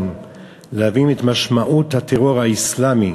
להבין את משמעות הטרור האסלאמי,